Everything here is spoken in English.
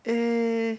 eh